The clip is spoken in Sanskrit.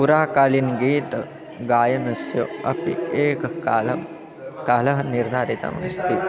पुराकालीनगीतगायनस्य अपि एकः कालं कालः निर्धारितम् अस्ति